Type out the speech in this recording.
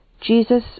Jesus